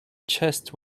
chest